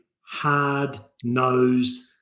hard-nosed